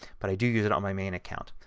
but i do use it on my main account.